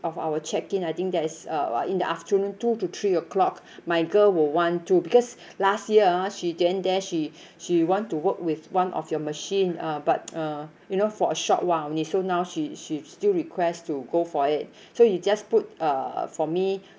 of our check-in I think there is uh in the afternoon two to three o'clock my girl will want to because last year ah she didn't dare she she want to work with one of your machine uh but uh you know for a short while only so now she she still request to go for it so you just put uh for me